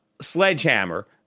sledgehammer